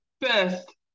best